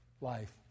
life